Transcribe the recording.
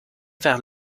vers